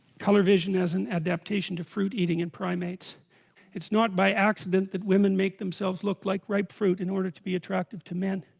color vision as an adaptation to fruit eating in primates it's not by accident that women make themselves look like ripe fruit in order to be attractive to men